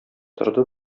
торды